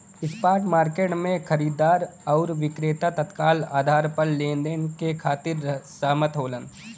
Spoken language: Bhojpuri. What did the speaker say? स्पॉट मार्केट में खरीदार आउर विक्रेता तत्काल आधार पर लेनदेन के खातिर सहमत होलन